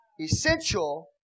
essential